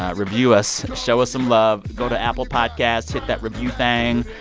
ah review us. show us some love. go to apple podcasts. hit that review thing.